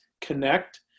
connect